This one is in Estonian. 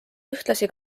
ühtlasi